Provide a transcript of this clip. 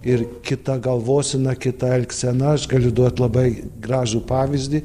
ir kita galvosena kita elgsena aš galiu duot labai gražų pavyzdį